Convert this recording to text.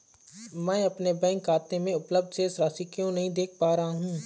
मैं अपने बैंक खाते में उपलब्ध शेष राशि क्यो नहीं देख पा रहा हूँ?